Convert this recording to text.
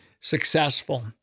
successful